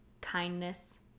Kindness